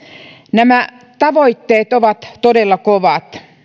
nämä tavoitteet ovat todella kovat